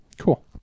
Cool